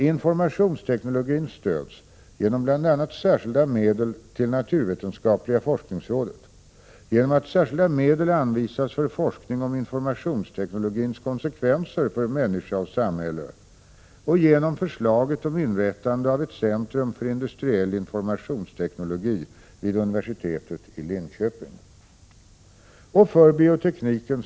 Informationsteknologin stöds genom bl.a. särskilda medel till naturvetenskapliga forskningsrådet, genom att särskilda medel anvisas för forskning om informationsteknologins konsekvenser för människa och samhälle samt genom förslaget om inrättande av ett centrum för industriell informationsteknologi vid universitetet i Linköping.